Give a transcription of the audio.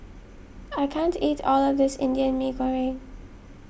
I can't eat all of this Indian Mee Goreng